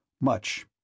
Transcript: Much